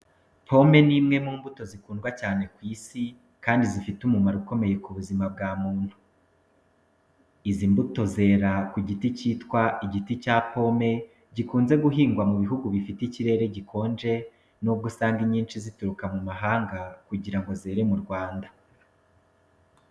Pome ni imwe mu mbuto zikundwa cyane ku isi, kandi zifite umumaro ukomeye ku buzima bwa muntu. Izi mbuto zera ku giti kitwa igiti cya pome gikunze guhingwa mu bihugu bifite ikirere gikonje. Nubwo usanga inyinshi zituruka mu mahanga kugira ngo zigere mu Rwanda.